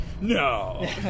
No